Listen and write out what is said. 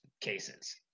cases